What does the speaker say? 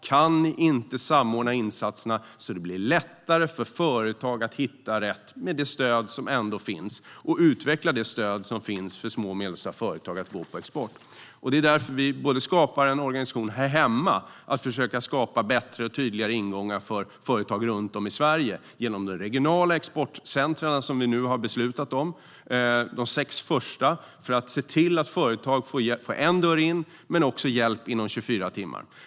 Kan ni inte samordna insatserna så att det blir lättare för företag att hitta rätt i det stöd som ändå finns och utveckla det stöd som finns för små och medelstora företag att gå på export? Det är därför vi skapar en organisation här hemma för att försöka skapa bättre och tydligare ingångar för företag runt om i Sverige, genom de regionala exportcentrum vi nu har beslutat om - de sex första - för att se till att företag får en dörr in men också hjälp inom 24 timmar.